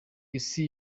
isi